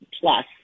plus